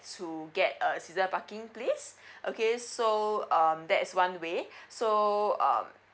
to get a season parking place okay so um that is one way so uh